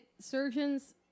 Surgeons